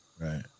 Right